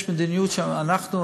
יש מדיניות שאנחנו,